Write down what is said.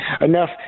enough